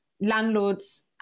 landlords